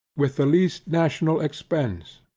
with the least national expense.